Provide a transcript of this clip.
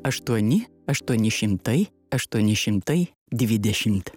aštuoni aštuoni šimtai aštuoni šimtai dvidešimt